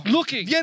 Looking